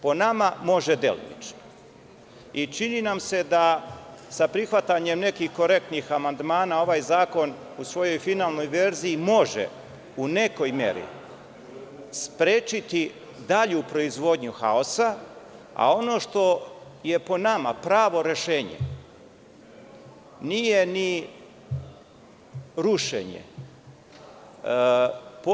Po nama, može delimično i čini nam se da sa prihvatanjem nekih korektnih amandmana, ovaj zakon u svojoj finalnoj verziji može u nekoj meri sprečiti dalju proizvodnju haosa, a ono što je po nama pravo rešenje nije ni rušenje.